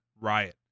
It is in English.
Riot